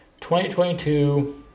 2022